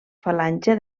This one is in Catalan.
falange